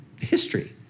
history